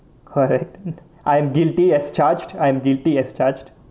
correct I am guilty as charged I'm guilty as charged